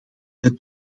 het